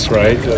right